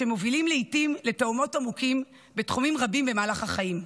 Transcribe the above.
שמובילים לעיתים לתהומות עמוקים בתחומים רבים במהלך החיים.